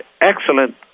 excellent